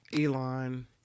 elon